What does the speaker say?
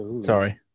Sorry